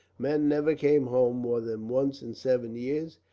men never came home more than once in seven years,